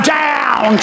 down